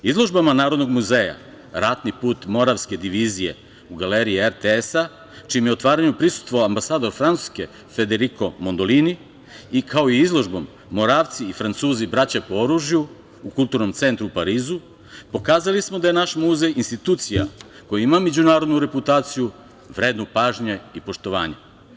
Izložbama Narodnog muzeja "Ratni put Moravske divizije" u Galeriji RTS-a, čijem je otvaranju prisustvovao ambasador Francuske Federiko Mondolini, kao i izložbom "Moravci i Francuzi, braća po oružju" u Kulturnom centru u Parizu, pokazali smo da je naš muzej institucija koja ima međunarodnu reputaciju vrednu pažnje i poštovanja.